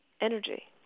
energy